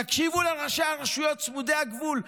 תקשיבו לראשי הרשויות צמודות הגבול.